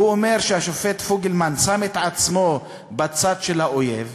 והוא אומר שהשופט פוגלמן שם את עצמו בצד של האויב,